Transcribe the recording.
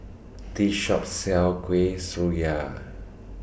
This Shop sells Kuih Syara